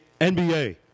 NBA